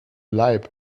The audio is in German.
leib